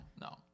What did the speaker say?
No